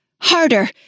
Harder